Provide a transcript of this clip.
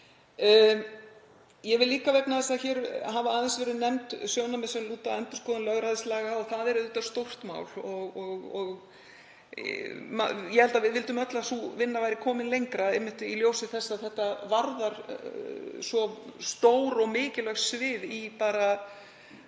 tilvik, er fortakslaus. Hér hafa aðeins verið nefnd sjónarmið sem lúta að endurskoðun lögræðislaga. Það er auðvitað stórt mál og ég held að við vildum öll að sú vinna væri komin lengra, einmitt í ljósi þess að hún varðar svo stór og mikilvæg svið í